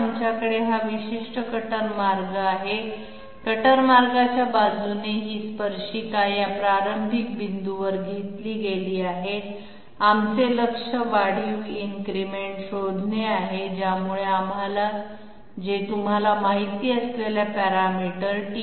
आमच्याकडे हा विशिष्ट कटर मार्ग आहे कटर मार्गाच्या बाजूने ही स्पर्शिका या प्रारंभिक बिंदूवर घेतली गेली आहे आमचे लक्ष्य वाढीव वाढ इन्क्रिमेंट शोधणे आहे ज्यामुळे आम्हाला जे तुम्हाला माहित असलेल्या पॅरामीटर t2